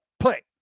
Play